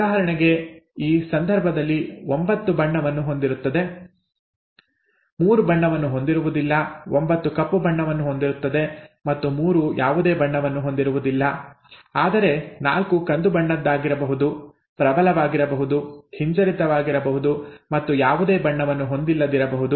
ಉದಾಹರಣೆಗೆ ಈ ಸಂದರ್ಭದಲ್ಲಿ 9 ಬಣ್ಣವನ್ನು ಹೊಂದಿರುತ್ತದೆ 3 ಬಣ್ಣವನ್ನು ಹೊಂದಿರುವುದಿಲ್ಲ 9 ಕಪ್ಪು ಬಣ್ಣವನ್ನು ಹೊಂದಿರುತ್ತದೆ ಮತ್ತು 3 ಯಾವುದೇ ಬಣ್ಣವನ್ನು ಹೊಂದಿರುವುದಿಲ್ಲ ಆದರೆ 4 ಕಂದು ಬಣ್ಣದ್ದಾಗಿರಬಹುದು ಪ್ರಬಲವಾಗಿರಬಹುದು ಹಿಂಜರಿತವಾಗಿರಬಹುದು ಮತ್ತು ಯಾವುದೇ ಬಣ್ಣವನ್ನು ಹೊಂದಿಲ್ಲದಿರಬುಹುದು